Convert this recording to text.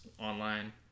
online